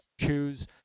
choose